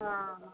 हाँ हाँ